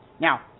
Now